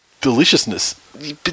deliciousness